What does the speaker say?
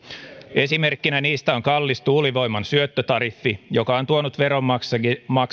esimerkkinä niistä on kallis tuulivoiman syöttötariffi joka on tuonut veronmaksajille